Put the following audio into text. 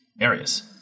areas